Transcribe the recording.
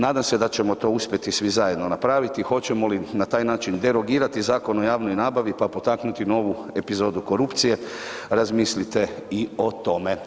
Nadam se da ćemo to uspjeti svi zajedno napraviti, hoćemo li na taj način derogirati Zakon o javnoj nabavi, pa potaknuti novu epizodu korupcije, razmislite i o tome.